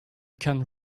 can